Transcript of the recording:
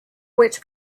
which